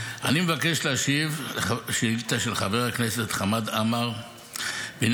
אני מבקש להשיב על השאילתה של חבר הכנסת חמד עמאר בעניין